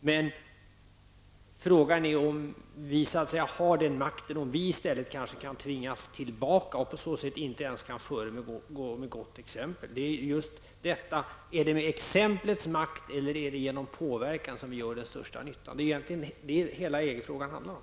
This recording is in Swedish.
Men frågan är om vi i Sverige har den makten eller om vi i stället kanske kan tvingas tillbaka och på det sättet inte ens kunna föregå med gott exempel. Är det med exemplets makt eller är det genom påverkan som vi gör den största nyttan? Det är egentligen detta som hela EG-frågan handlar om.